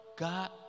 God